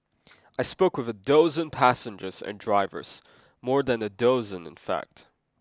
I spoke with a dozen passengers and drivers more than a dozen in fact